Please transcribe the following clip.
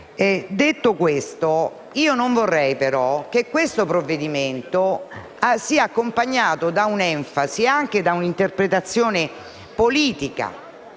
Detto ciò, non vorrei però che questo provvedimento fosse accompagnato da un'enfasi e anche da una interpretazione politica.